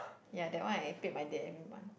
ya that one I paid my dad every month